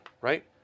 right